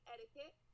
Etiquette